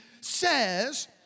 says